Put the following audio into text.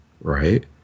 right